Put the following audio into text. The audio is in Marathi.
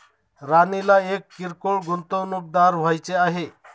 राणीला एक किरकोळ गुंतवणूकदार व्हायचे आहे